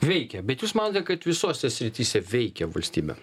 veikia bet jūs manote kad visose srityse veikia valstybė